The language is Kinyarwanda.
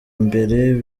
mbere